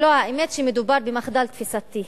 לא, האמת היא שמדובר במחדל תפיסתי,